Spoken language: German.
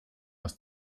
aus